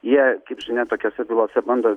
jie kaip žinia tokiose bylose bando